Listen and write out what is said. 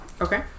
Okay